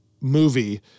movie